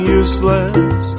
useless